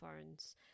phones